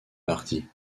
parti